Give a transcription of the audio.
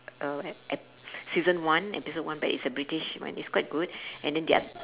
uh ep~ ep~ season one episode one but it's a british one it's quite good and then their